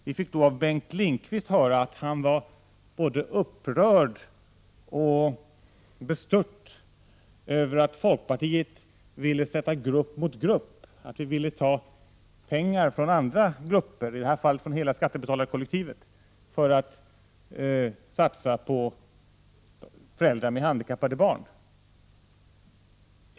Vi fick då av Bengt Lindqvist höra att han var både upprörd och bestört över att folkpartiet ville sätta grupp mot grupp, att vi ville ta pengar från andra grupper, i detta fall hela skattebetalarkollektivet, för att satsa på föräldrar med handikappade barn.